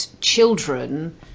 children